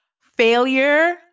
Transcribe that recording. Failure